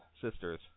sisters